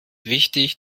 wichtig